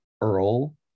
Earl